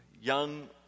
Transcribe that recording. Young